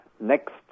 next